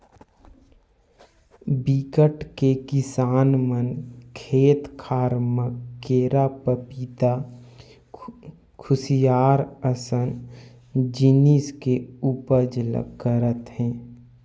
बिकट के किसान मन खेत खार म केरा, पपिता, खुसियार असन जिनिस के उपज ल करत हे